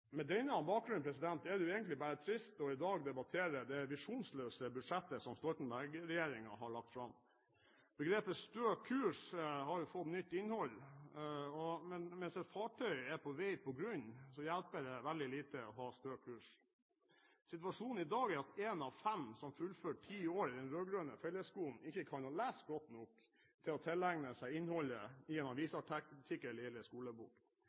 er det jo egentlig bare trist i dag å debattere det visjonsløse budsjettet som Stoltenberg-regjeringen har lagt fram. Begrepet «stø kurs» har jo fått nytt innhold. Mens et fartøy er på vei til å gå på grunn, hjelper det veldig lite å ha stø kurs. Situasjonen i dag er at én av fem som fullfører ti år i den rød-grønne fellesskolen, ikke kan lese godt nok til å tilegne seg innholdet i en avisartikkel eller en skolebok.